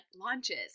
launches